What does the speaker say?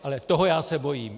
Ale toho já se bojím.